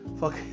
Fuck